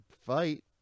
fight